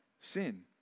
sin